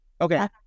Okay